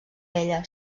vella